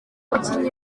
bakinnyi